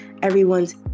Everyone's